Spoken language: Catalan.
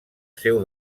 seu